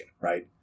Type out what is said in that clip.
right